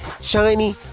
shiny